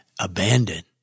abandoned